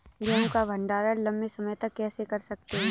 गेहूँ का भण्डारण लंबे समय तक कैसे कर सकते हैं?